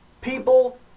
People